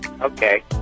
Okay